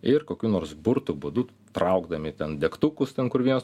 ir kokiu nors burtų būdu traukdami ten degtukus ten kur vienas